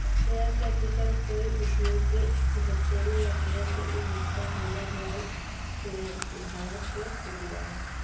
share capital कोई उद्योग के इक्विटी या शेयर के उ हिस्सा होला जवन शेयरधारक के दियाला